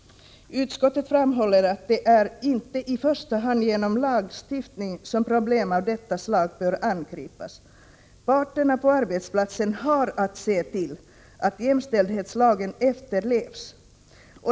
Utskottet framhåller att det inte är i första hand genom lagstiftning som problem av detta slag bör angripas. Parterna på arbetsplatsen har att se till att jämställdhetslagen efterlevs.